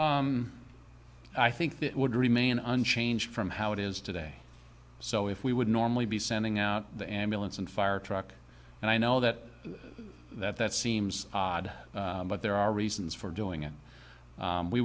i think that would remain unchanged from how it is today so if we would normally be sending out the ambulance and fire truck and i know that that seems odd but there are reasons for doing it